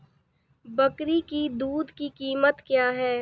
बकरी की दूध की कीमत क्या है?